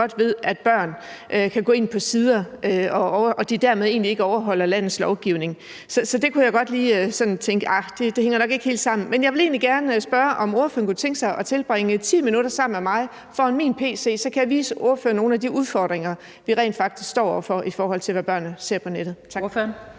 at børn kan gå ind på visse sider, og at de dermed egentlig ikke overholder landets lovgivning. Så der kunne jeg godt lige tænke, at det nok ikke hænger helt sammen. Men jeg vil egentlig gerne spørge, om ordføreren kunne tænke sig at tilbringe 10 minutter sammen med mig foran min pc, for så kan jeg vise ordføreren nogle af de udfordringer, vi rent faktisk står over for, i forhold til hvad børnene ser på nettet.